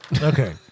Okay